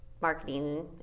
Marketing